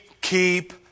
keep